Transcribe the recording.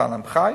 איתן חי-עם,